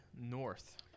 North